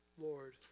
Lord